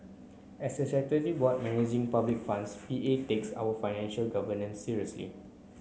as a statutory board managing public funds P A takes our financial governance seriously